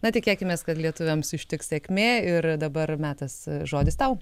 na tikėkimės kad lietuviams ištiks sėkmė ir dabar metas žodis tau